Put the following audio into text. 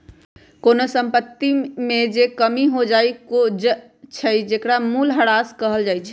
कोनो संपत्ति में जे कमी हो जाई छई ओकरा मूलहरास कहल जाई छई